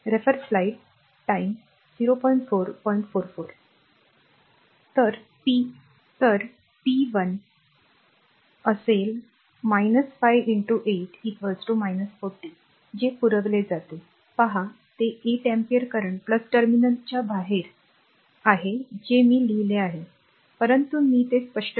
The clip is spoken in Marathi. तर p 1 असेल r 5 8 41 जे पुरवले जाते पहा ते 8 ampere करंट टर्मिनलच्या बाहेर आहे जे मी लिहिले आहे परंतु मी ते स्पष्ट करत आहे